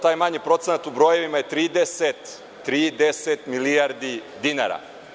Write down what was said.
Taj manji procenat u brojevima je 30 milijardi dinara.